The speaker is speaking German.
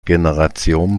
generation